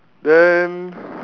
then